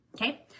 Okay